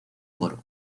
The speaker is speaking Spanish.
coro